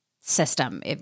system